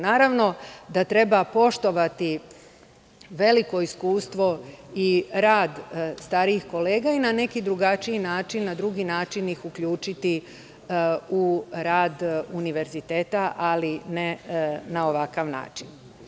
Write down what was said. Naravno da treba poštovati veliko iskustvo i rad starijih kolega i na neki drugačiji način, drugi način ih uključiti u rad univerziteta, ali ne na ovakav način.